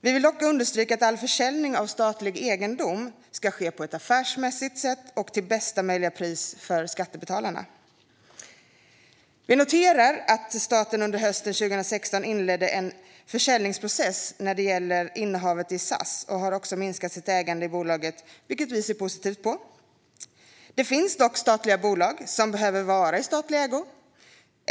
Vi vill dock understryka att all försäljning av statlig egendom ska ske på ett affärsmässigt sätt och till bästa möjliga pris för skattebetalarna. Vi noterar att staten under hösten 2016 inledde en försäljningsprocess av innehavet i SAS och att staten har minskat sitt ägande i bolaget, vilket vi ser positivt på. Det finns dock statliga bolag som behöver vara i statlig ägo.